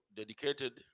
dedicated